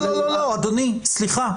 לא, אדוני, סליחה.